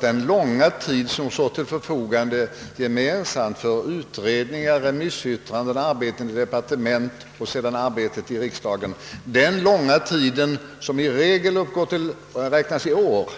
Den långa tid som står till förfogande gemensamt för utredningar, remissyttranden, arbetet i departementen och sedan arbetet i riksdagen — en tid som i regel räknas i år